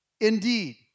indeed